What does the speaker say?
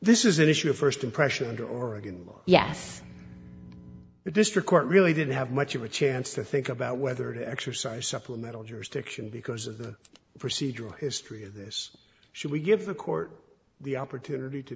this is an issue of st impression and oregon yes the district court really didn't have much of a chance to think about whether to exercise supplemental jurisdiction because of the procedural history of this should we give the court the opportunity to